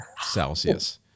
Celsius